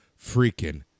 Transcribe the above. freaking